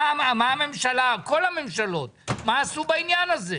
מה הממשלה כל הממשלות עושה בעניין הזה?